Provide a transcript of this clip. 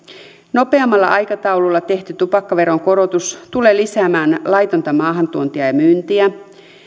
nopeammalla aikataululla tehty tupakkaveron korotus tulee lisäämään laitonta maahantuontia ja myyntiä